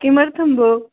किमर्थं भोः